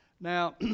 Now